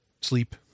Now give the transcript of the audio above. sleep